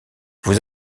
vous